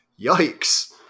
yikes